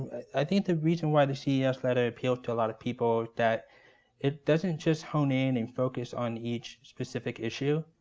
i think the reason why the ces letter appealed to a lot of people is that it doesn't just hone in and focus on each specific issue.